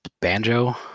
banjo